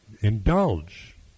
indulge